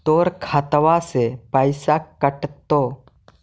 तोर खतबा से पैसा कटतो?